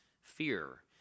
fear